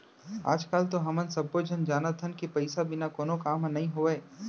आज काल तो हमन सब्बो झन जानत हन कि पइसा बिना कोनो काम ह नइ होवय